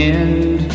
end